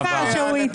הוא לא אמר שהוא הציע.